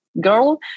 Girl